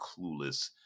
clueless